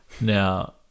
Now